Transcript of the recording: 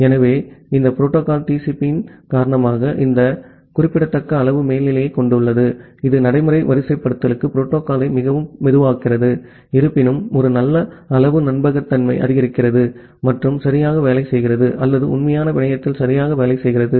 எனவே இந்த protocol TCP இன் காரணமாக இது இந்த குறிப்பிடத்தக்க அளவு மேல்நிலைகளைக் கொண்டுள்ளது இது நடைமுறை வரிசைப்படுத்தலுக்கு புரோட்டோகால்யை மிகவும் மெதுவாக்குகிறது இருப்பினும் இது ஒரு நல்ல அளவு நம்பகத்தன்மையை ஆதரிக்கிறது மற்றும் சரியாக வேலை செய்கிறது அல்லது உண்மையான பிணையத்தில் சரியாக வேலை செய்கிறது